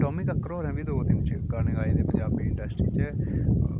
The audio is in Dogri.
टोनी कक्कड़ होरें बी दो तिन्न गाने गाए दे न पंजाबी इंडस्ट्री च